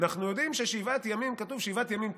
אנחנו יודעים ששבעה ימים,